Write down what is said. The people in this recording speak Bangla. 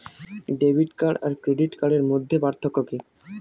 ডেবিট কার্ড আর ক্রেডিট কার্ডের মধ্যে পার্থক্য কি?